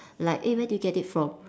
like eh where did you get it from